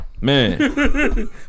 Man